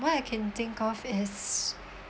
what I can think of is